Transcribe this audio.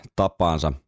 tapaansa